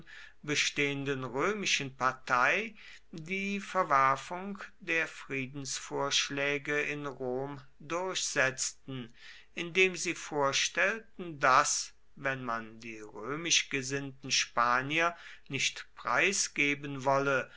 bestehenden römischen partei die verwerfung der friedensvorschläge in rom durchsetzten indem sie vorstellten daß wenn man die römisch gesinnten spanier nicht preisgeben wolle